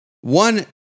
One